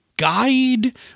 guide